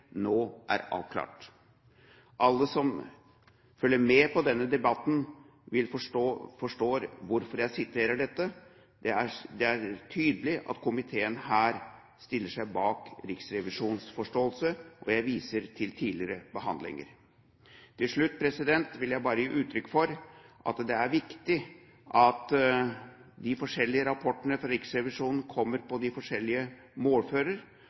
nå er avklart.» Alle som følger med på denne debatten, forstår hvorfor jeg siterer dette. Det er tydelig at komiteen her stiller seg bak Riksrevisjonens forståelse, og jeg viser til tidligere behandlinger. Til slutt vil jeg bare gi uttrykk for at det er viktig at de forskjellige rapportene fra Riksrevisjonen kommer på de forskjellige målfører.